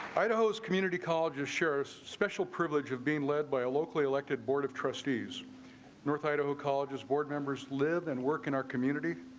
idaho's community colleges shares special privilege of being led by a locally elected board of trustees north idaho college's board members. live and work in our community.